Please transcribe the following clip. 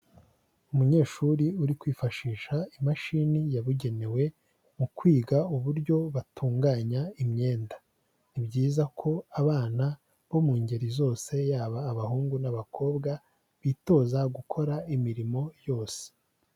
Umunyeshuri uri kwifashisha imashini yabugenewe mu kwiga uburyo batunganya imyenda. Ni byiza ko abana bo mu ngeri zose yaba abahungu n'abakobwa bitoza gukora imirimo yose.